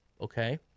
okay